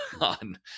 on